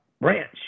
branch